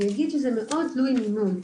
אני אגיד שזה מאוד תלוי מינון.